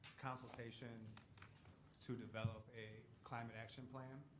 consultation to develop a climate action plan.